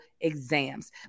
exams